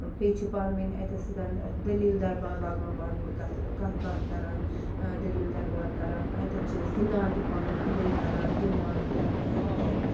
بیٚیہِ چھِ پانہٕ ؤنۍ اَتٮ۪تھ سٮ۪دَن دٔلیٖل دربار لاگان پانہٕ ؤنۍ کَتھٕ کَتھ باتھ کران دٔلیٖل دربار کران اَتٮ۪تھ چھِ أسۍ گِنٛدان تہِ پانہٕ ؤنۍ پٕلے کران گِنٛدان تہِ